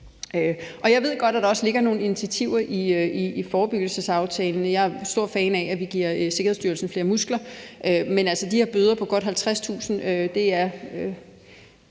Jeg ved også godt, at der ligger nogle initiativer i forebyggelsesaftalen, og jeg er en stor fan af, at vi giver Sikkerhedsstyrelsen flere muskler, men de her bøder på godt 50.000 kr. er